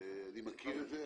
אני מכיר את זה,